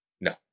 No